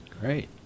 Great